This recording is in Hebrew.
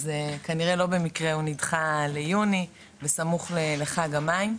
אז כנראה לא במקרה הוא נדחה ליוני בסמוך לחג המים.